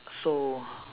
so